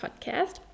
podcast